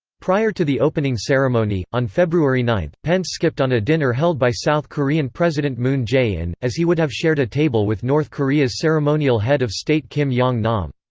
prior to the opening ceremony, on february nine, pence skipped on a dinner held by south korean president moon jae-in, as he would have shared a table with north korea's ceremonial head of state kim yong-nam.